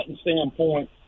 standpoint